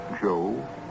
Joe